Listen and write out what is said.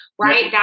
right